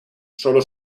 solo